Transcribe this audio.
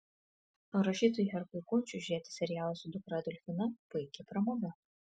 o rašytojui herkui kunčiui žiūrėti serialą su dukra adolfina puiki pramoga